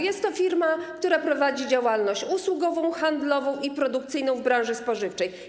Jest to firma, która prowadzi działalność usługową, handlową i produkcyjną w branży spożywczej.